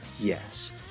yes